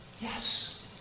Yes